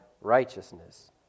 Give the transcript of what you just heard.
righteousness